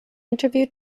interview